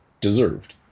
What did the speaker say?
deserved